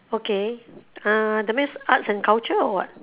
okay ah that means arts and culture or what